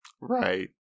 Right